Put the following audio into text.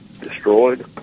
destroyed